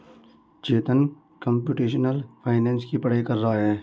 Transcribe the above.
चेतन computational finance की पढ़ाई कर रहा है